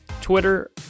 Twitter